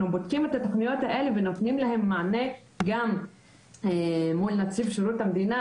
בודקים את התכניות האלה ונותנים להם מענה גם מול נציב שירות המדינה,